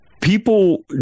people